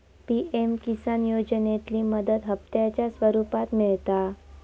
PM Kisan योजनेतली मदत हप्त्यांच्या स्वरुपात मिळता